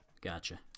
Gotcha